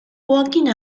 walking